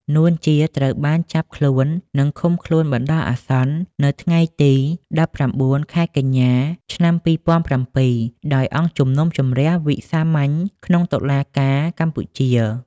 នួន ជា ត្រូវបានចាប់ខ្លួន និងឃុំខ្លួនបណ្តោះអាសន្ននៅថ្ងៃទី១៩ ខែកញ្ញា ឆ្នាំ២០០៧ ដោយអង្គជំនុំជម្រះវិសាមញ្ញក្នុងតុលាការកម្ពុជា ។